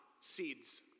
seeds